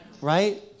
right